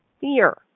fear